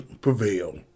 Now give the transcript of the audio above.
prevail